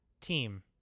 Team